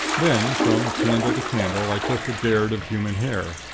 then, from candle to candle i took a gayrd of human hair,